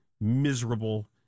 miserable